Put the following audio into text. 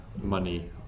money